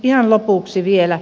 ihan lopuksi vielä